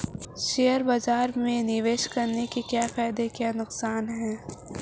Share बाज़ार में निवेश करने के क्या फायदे और नुकसान हैं?